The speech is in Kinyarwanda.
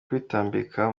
kwitambika